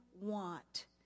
want